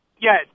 yes